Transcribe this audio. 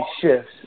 shifts